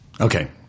Okay